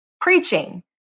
preaching